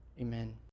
Amen